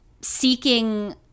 seeking